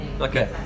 Okay